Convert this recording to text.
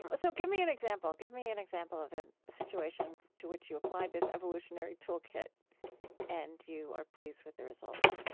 but so give me an example. give me an example of a situation to which you applied this evolutionary tool kit and you are pleased with the results